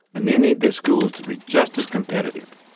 and they need their schools to be just as competitive.